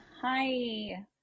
Hi